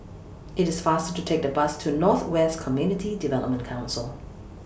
IT IS faster to Take The Bus to North West Community Development Council